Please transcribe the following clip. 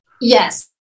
Yes